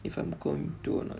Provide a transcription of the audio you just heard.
if I'm going to lah